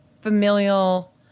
familial